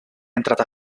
entrata